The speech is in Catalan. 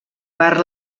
per